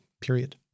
period